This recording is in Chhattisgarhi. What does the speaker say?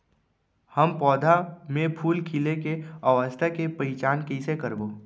हम पौधा मे फूल खिले के अवस्था के पहिचान कईसे करबो